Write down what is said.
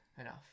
enough